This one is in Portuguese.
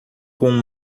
com